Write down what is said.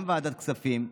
גם ועדת הכספים,